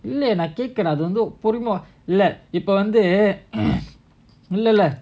இல்லநான்கேக்கிறேன்அதுவந்து:illa naan kekkuren adhu vandhu let இல்லஇல்லஇல்ல:illa illailla